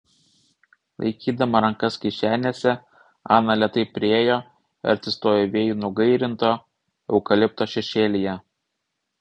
laikydama rankas kišenėse ana lėtai priėjo ir atsistojo vėjų nugairinto eukalipto šešėlyje